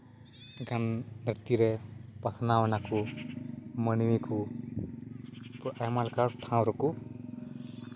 ᱜᱟᱱ ᱫᱷᱟᱹᱨᱛᱤᱨᱮ ᱯᱟᱥᱱᱟᱣ ᱮᱱᱟᱠᱚ ᱢᱟᱹᱱᱢᱤᱠᱚ ᱟᱭᱢᱟ ᱞᱮᱠᱟᱱ ᱴᱷᱟᱶ ᱨᱮᱠᱚ